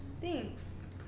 Thanks